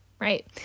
Right